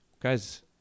Guys